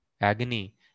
agony